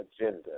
Agenda